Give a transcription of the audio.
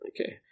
Okay